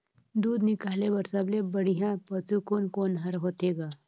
दूध निकाले बर सबले बढ़िया पशु कोन कोन हर होथे ग?